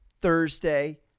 Thursday